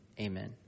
amen